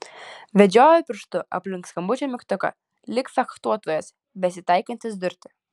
vedžioja pirštu aplink skambučio mygtuką lyg fechtuotojas besitaikantis durti